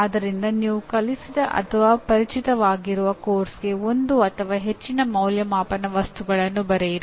ಆದ್ದರಿಂದ ನೀವು ಕಲಿಸಿದ ಅಥವಾ ಪರಿಚಿತವಾಗಿರುವ ಪಠ್ಯಕ್ರಮಕ್ಕೆ ಒಂದು ಅಥವಾ ಹೆಚ್ಚಿನ ಅಂದಾಜುವಿಕೆಯ ವಸ್ತುಗಳನ್ನು ಬರೆಯಿರಿ